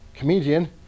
comedian